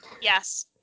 yes